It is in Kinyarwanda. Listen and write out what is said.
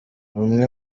bumwe